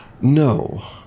No